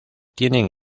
tienen